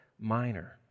minor